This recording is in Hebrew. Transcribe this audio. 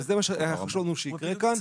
זה מה שחשבנו שיקרה כאן,